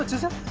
isn't